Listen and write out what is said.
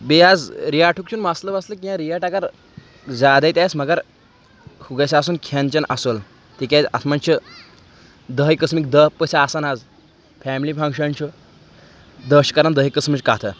بیٚیہِ حظ ریٹُک چھُنہٕ مسلہٕ وسلہٕ کینٛہہ ریٹ اگر زیادَے تہِ آسہِ مگر ہُہ گژھِ آسُن کھٮ۪ن چٮ۪ن اَصٕل تِکیٛازِ اَتھ منٛز چھِ دَہہِ قٕسمکۍ دَہ پٔژھۍ آسان حظ فیملی فنٛگشَن چھُ دَہ چھِ کَران دَہہِ قٕسمٕچ کَتھٕ